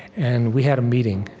and we had a meeting,